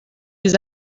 des